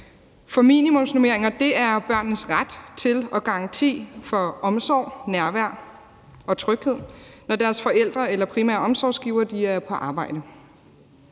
Minimumsnormeringer er børnenes ret til og garanti for omsorg, nærvær og tryghed, når deres forældre eller primære omsorgsgivere er på arbejde.